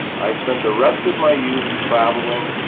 i spent the rest of my youth traveling,